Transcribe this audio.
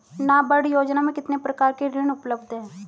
नाबार्ड योजना में कितने प्रकार के ऋण उपलब्ध हैं?